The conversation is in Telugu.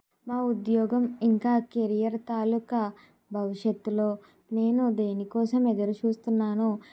నా ఉద్యోగం ఇంకా కెరియర్ తాలూకా భవిష్యత్తులో నేను దేనికోసం ఎదురు చూస్తున్నానో